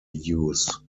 use